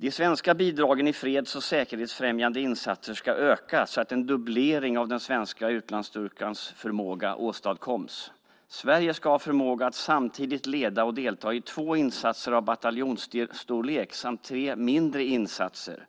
De svenska bidragen i freds och säkerhetsfrämjande insatser ska öka så att en dubblering av den svenska utlandsstyrkans förmåga åstadkoms. Sverige ska ha förmåga att samtidigt leda och delta i två insatser av bataljonsstorlek och tre mindre insatser.